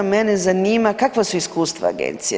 Mene zanima kakva su iskustva agencije?